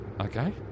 okay